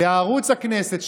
לערוץ הכנסת,